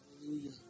Hallelujah